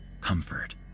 comfort